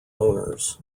owners